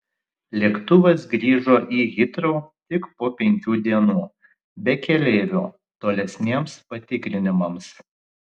lėktuvas grįžo į hitrou tik po penkių dienų be keleivių tolesniems patikrinimams